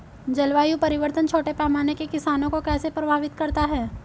जलवायु परिवर्तन छोटे पैमाने के किसानों को कैसे प्रभावित करता है?